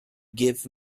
give